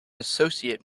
associate